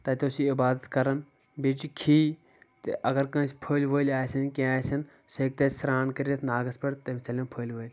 تتہِ اوس یہِ عبادت کران بیٚیہِ چھ کھی تہٕ اگر کٲنٛسہِ پھٔلۍ ؤلۍ آسان کینٛہہ آسن سُہ ہٮ۪کہِ تتہِ سرٛان کٔرتھ ناگس پٮ۪ٹھ تٔمِس ژلن پھٔلۍ ؤلۍ